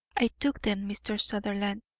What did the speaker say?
i took them, mr. sutherland,